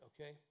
okay